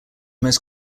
most